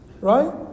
right